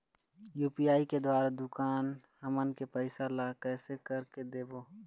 UPI के द्वारा दुकान हमन के पैसा ला कैसे कर के देबो?